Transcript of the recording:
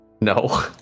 No